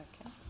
Okay